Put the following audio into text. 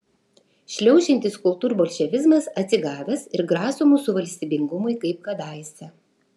šliaužiantis kultūrbolševizmas atsigavęs ir graso mūsų valstybingumui kaip kadaise